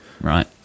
Right